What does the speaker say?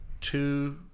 two